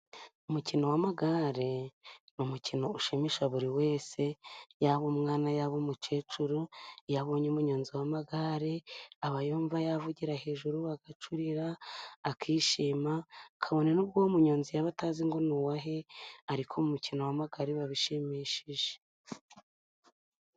Umukino w'amagare ni umukino ushimisha buri wese yaba umwana, yaba umukecuru, iyo abonye umunyonzi w'amagare aba yumva yavugira hejuru agacurira akishima, kabone n'ubwo uwo munyonzi yaba atazi ngo ni uwahe? ariko umukino w'amagare biba bishimishije.